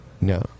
No